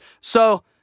So-